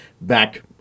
back